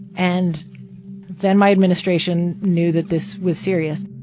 and then my administration knew that this was serious